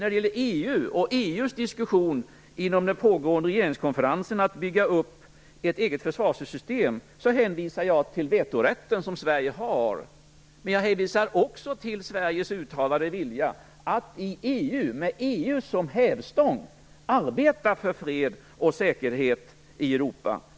När det gäller EU och EU:s diskussion inom den pågående regeringskonferensen om att bygga upp ett eget försvarssystem hänvisar jag till den vetorätt som Sverige har. Jag hänvisar också till Sveriges uttalade vilja att i EU, med EU som hävstång, arbeta för fred och säkerhet i Europa.